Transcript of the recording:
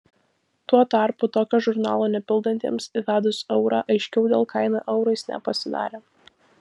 tuo tarpu tokio žurnalo nepildantiems įvedus eurą aiškiau dėl kainų eurais nepasidarė